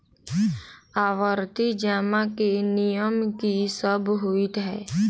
आवर्ती जमा केँ नियम की सब होइ है?